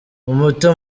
umuto